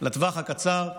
לטווח הקצר,